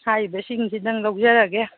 ꯍꯥꯏꯔꯤꯕꯁꯤꯡꯁꯤꯗꯪ ꯂꯧꯖꯔꯒꯦ